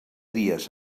dies